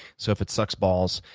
so if it sucks balls,